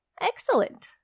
Excellent